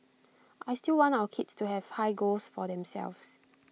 I still want our kids to have high goals for themselves